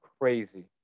crazy